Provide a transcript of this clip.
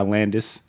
Landis